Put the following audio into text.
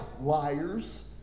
liars